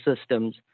systems